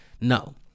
No